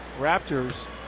Raptors